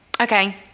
Okay